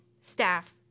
staff